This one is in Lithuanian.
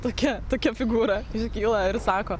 tokia tokia figūra sukyla ir sako